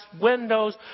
windows